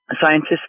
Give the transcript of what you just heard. scientists